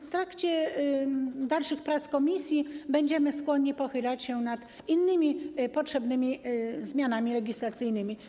W trakcie dalszych prac komisji będziemy skłonni pochylić się nad innymi potrzebnymi zmianami legislacyjnymi.